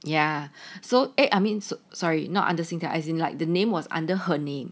ya so eh I means sorry not under Singtel as in like the name was under her name